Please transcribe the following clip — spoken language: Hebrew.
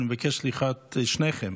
אני מבקש את סליחת שניכם,